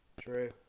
True